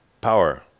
Power